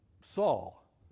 Saul